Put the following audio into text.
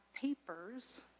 papers